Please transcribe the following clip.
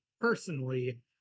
personally